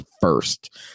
first